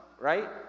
right